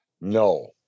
No